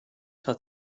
hat